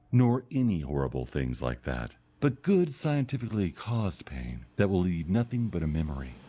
nor any horrible things like that, but good scientifically caused pain, that will leave nothing but a memory.